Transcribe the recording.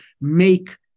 make